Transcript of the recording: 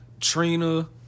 Trina